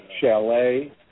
chalet